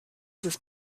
was